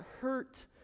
hurt